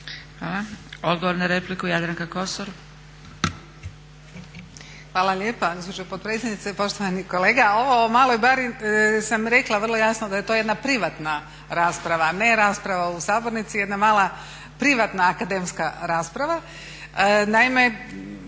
Kosor. **Kosor, Jadranka (Nezavisni)** Hvala lijepa gospođo potpredsjednice. Poštovani kolega ovo o maloj bari sam rekla vrlo jasno da je to jedna privatna rasprava, a ne rasprava u sabornici, jedna mala privatna akademska rasprava. Naime,